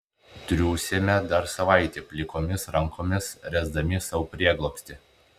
triūsėme dar savaitę plikomis rankomis ręsdami sau prieglobstį